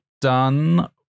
done